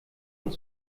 und